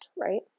right